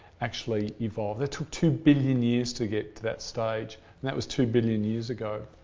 actually evolved. it took two billion years to get to that stage, and that was two billion years ago.